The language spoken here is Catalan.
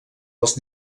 als